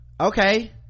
Okay